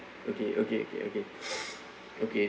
okay okay K okay okay